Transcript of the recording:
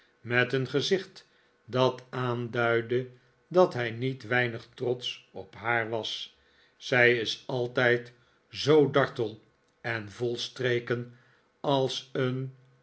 met een gezicht dat aanduidde dat hij niet weinig trotsch op haar was zij is altijd zoo dartel en vol streken als een